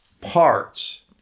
parts